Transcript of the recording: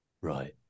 Right